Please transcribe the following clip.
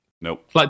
Nope